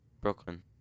Brooklyn